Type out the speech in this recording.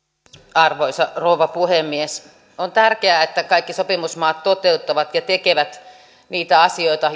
arvoisa rouva puhemies on tärkeää että kaikki sopimusmaat toteuttavat ja tekevät niitä asioita